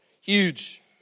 huge